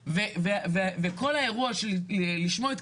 אבל אין שם דברים שמספיק להם אישור חד